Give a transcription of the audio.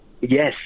Yes